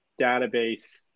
database